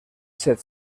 set